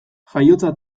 jaiotza